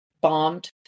bombed